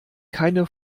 keine